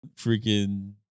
freaking